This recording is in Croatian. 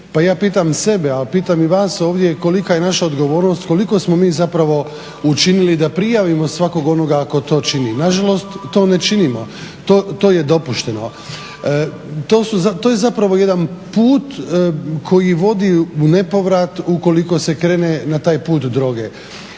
ja pitam sebe, a pitam i vas ovdje kolika je naša odgovornost, koliko smo mi zapravo učinili da prijavimo svakog onoga tko to čini? Nažalost, to ne činimo, to je dopušteno. To je zapravo jedan put koji vodi u nepovrat ukoliko se krene na taj put droge.